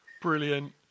Brilliant